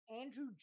Andrew